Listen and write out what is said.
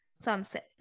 sunset